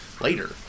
later